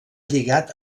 lligat